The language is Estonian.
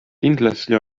kindlasti